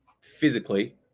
physically